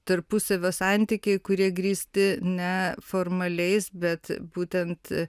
tarpusavio santykiai kurie grįsti ne formaliais bet būtent